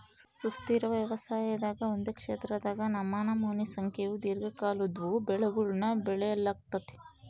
ಸುಸ್ಥಿರ ವ್ಯವಸಾಯದಾಗ ಒಂದೇ ಕ್ಷೇತ್ರದಾಗ ನಮನಮೋನಿ ಸಂಖ್ಯೇವು ದೀರ್ಘಕಾಲದ್ವು ಬೆಳೆಗುಳ್ನ ಬೆಳಿಲಾಗ್ತತೆ